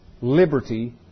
liberty